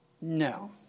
No